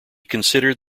considered